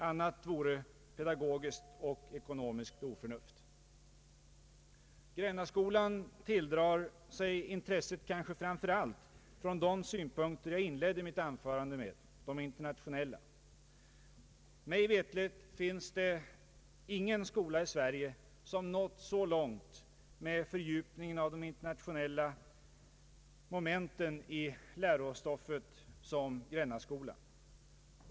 Annat vore pedogagiskt och ekonomiskt oförnuft. Grännaskolan tilldrar sig intresset kanske framför allt från de synpunkter jag inledde mitt anförande med — de internationella. Mig veterligt finns det ingen annan skola i Sverige som nått så långt med fördjupningen av de internationella momenten i lärostoffet som Grännaskolan.